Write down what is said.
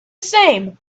same